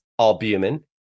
albumin